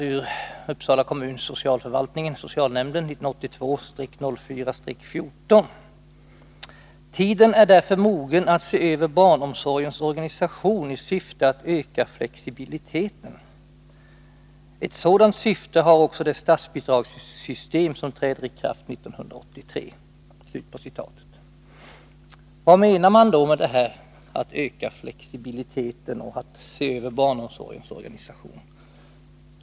Man talar om det skärpta ekonomiska läget och man säger: ”Tiden är därför mogen att se över barnomsorgens organisation i syfte att öka flexibiliteten. Ett sådant syfte har också det statsbidragssystem som träder i kraft 1983.” Vad menar man med att öka flexibiliteten och att se över barnomsorgens organisation?